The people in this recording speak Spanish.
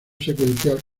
secuencial